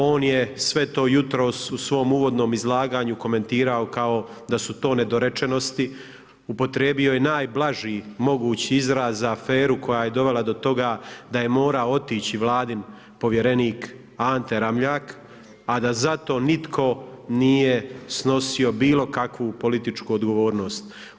On je sve to jutros u svom uvodnom izlaganju komentirao kao da su to nedorečenosti, upotrijebio je najblaži mogući izraz za aferu koja je dovela do toga da je morao otići vladin povjerenik Ante Ramljak, a da za to nitko nije snosio bilo kakvu političku odgovornost.